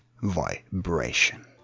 vibration